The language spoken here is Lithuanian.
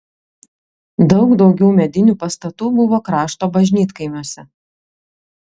daug daugiau medinių pastatų buvo krašto bažnytkaimiuose